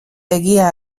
egia